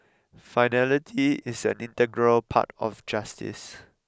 finality is an integral part of justice